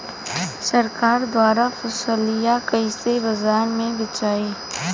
सरकार द्वारा फसलिया कईसे बाजार में बेचाई?